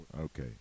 Okay